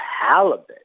halibut